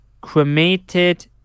cremated